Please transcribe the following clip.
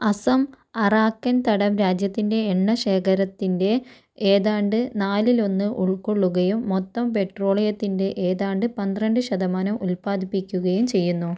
Assam Arakan തടം രാജ്യത്തിൻ്റെ എണ്ണ ശേഖരത്തിൻ്റെ ഏതാണ്ട് നാലിലൊന്ന് ഉള്ക്കൊള്ളുകയും മൊത്തം പെട്രോളിയത്തിൻ്റെ ഏതാണ്ട് പന്ത്രണ്ട് ശതമാനം ഉത്പാദിപ്പിക്കുകയും ചെയ്യുന്നു